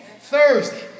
Thursday